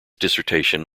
dissertation